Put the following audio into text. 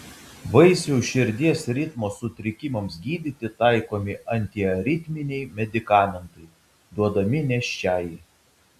vaisiaus širdies ritmo sutrikimams gydyti taikomi antiaritminiai medikamentai duodami nėščiajai